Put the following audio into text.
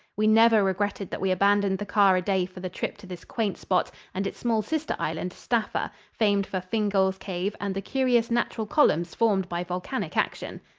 we never regretted that we abandoned the car a day for the trip to this quaint spot and its small sister island, staffa, famed for fingall's cave and the curious natural columns formed by volcanic action.